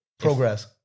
Progress